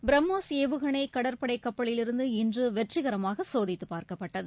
பிரம்மோஸ் ஏவுகணை கடற்படை கப்பலில் இருந்து இன்று வெற்றிகரமாக சோதித்து பார்க்கப்பட்டது